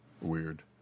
weird